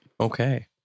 Okay